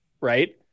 right